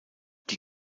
die